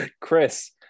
Chris